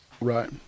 right